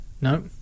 No